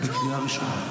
את בקריאה ראשונה,